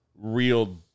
real